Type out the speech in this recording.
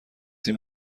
این